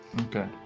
Okay